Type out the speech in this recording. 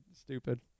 stupid